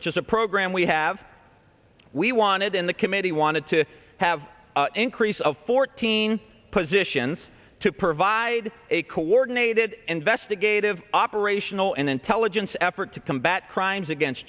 which is a program we have we wanted in the committee wanted to have increase of fourteen positions to provide a coordinated investigative operational and intelligence effort to combat crimes against